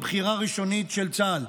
עם בחירה ראשונית של צה"ל.